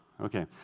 Okay